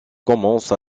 commence